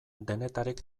denetarik